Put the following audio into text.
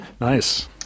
Nice